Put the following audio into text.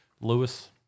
Lewis